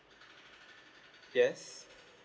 yes